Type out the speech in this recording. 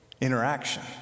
interaction